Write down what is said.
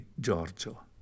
Giorgio